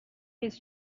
his